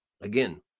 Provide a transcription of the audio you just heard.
Again